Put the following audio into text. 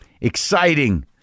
exciting